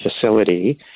facility